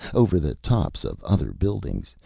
over the tops of other buildings,